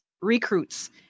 recruits